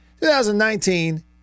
2019